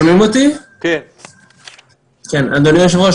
אדוני היושב-ראש,